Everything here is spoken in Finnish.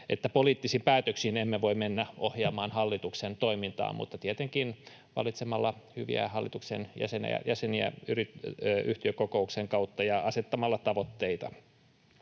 poliittisin päätöksin emme voi mennä ohjaamaan hallituksen toimintaa, mutta tietenkin valitsemalla hyviä hallituksen jäseniä yhtiökokouksen kautta ja asettamalla tavoitteita.